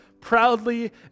proudly